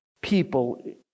people